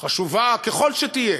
חשובה ככל שתהיה,